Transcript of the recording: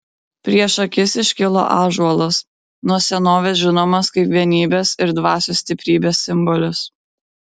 prieš akis iškilo ąžuolas nuo senovės žinomas kaip vienybės ir dvasios stiprybės simbolis